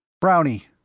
Brownie